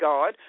God